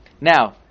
Now